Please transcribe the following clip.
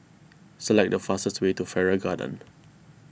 select the fastest way to Farrer Garden